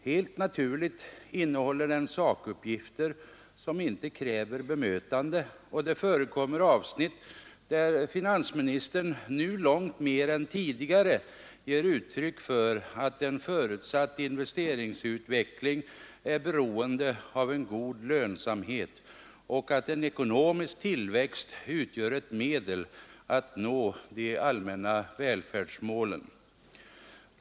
Helt naturligt innehåller den sakuppgifter som inte kräver bemötande, och det förekommer avsnitt där finansministern nu långt mer än tidigare ger uttryck för att en förutsatt investeringsutveckling är beroende av en god lönsamhet och att en ekonomisk tillväxt utgör ett medel att nå de allmänna välfärdsmålen.